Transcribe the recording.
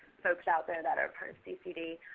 folks out there that are part of ccd.